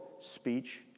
speech